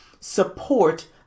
support